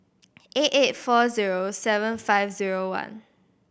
eight eight four zero seven five zero one